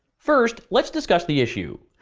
first, let's discuss the issue.